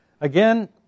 Again